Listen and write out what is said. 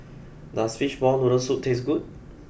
does Fishball Noodle Soup taste good